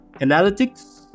Analytics